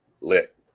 lit